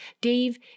Dave